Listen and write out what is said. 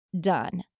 done